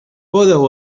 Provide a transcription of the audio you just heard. podeu